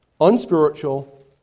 unspiritual